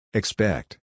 Expect